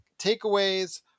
takeaways